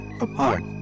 apart